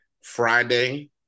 Friday